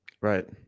Right